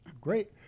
Great